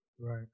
Right